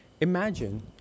imagine